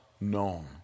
known